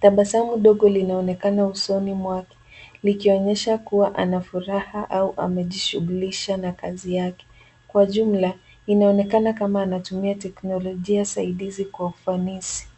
Tabasamu dogo linaonekana usoni mwake likionyesha kuwa ana furaha au amejishughulisha na kazi yake. Kwa jumla, inaonekana kama anatumia teknolojia saidizi kwa ufanisi.